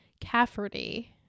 Cafferty